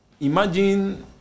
Imagine